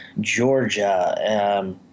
Georgia